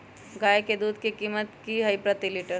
गाय के दूध के कीमत की हई प्रति लिटर?